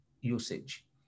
usage